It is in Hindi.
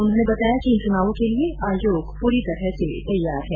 उन्होंने बताया कि इन चुनावों के लिए आयोग पूरी तरह से तैयार है